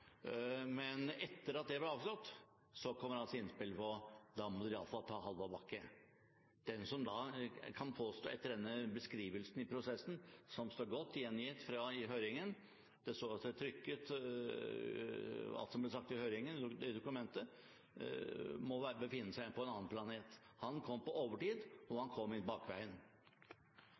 Men etter at det ble avslått, kom altså innspillet om at da måtte de iallfall ta Hallvard Bakke. Den som da kan påstå noe annet etter denne beskrivelsen av prosessen, som er godt gjengitt fra høringen – alt som ble sagt i høringen, står altså trykket i dokumentet – må befinne seg på en annen planet. Han kom på overtid, og han kom inn bakveien.